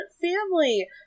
family